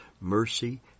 mercy